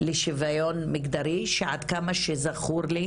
לשוויון מגדרי שעד כמה שזכור לי,